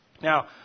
Now